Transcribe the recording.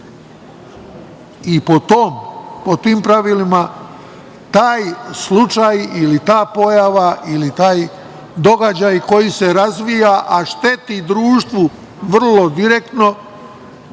i po tim pravilima taj slučaj ili ta pojava ili taj događaj koji se razvija, a šteti društvu vrlo direktno,